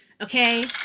okay